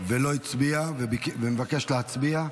ולא הצביע ומבקש להצביע?